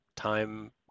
Time